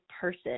person